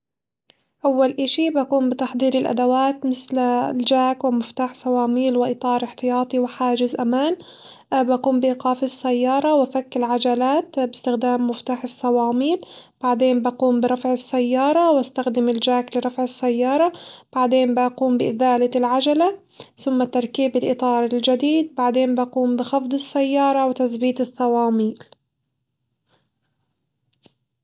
أول إشي بقوم بتحضير الأدوات مثل الجاك ومفتاح صواميل وإطار احتياطي وحاجز أمان بقوم بإيقاف السيارة وفك العجلات باستخدام مفتاح الصواميل، بعدين بقوم برفع السيارة واستخدم الجاك لرفع السيارة بعدين بقوم بإزالة العجلة ثم تركيب الإطار الجديد، بعدين بقوم بخفض السيارة وتثبيت الصواميل.